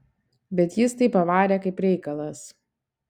bet jis tai pavarė kaip reikalas